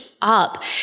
up